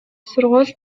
сургууль